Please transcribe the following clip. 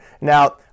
Now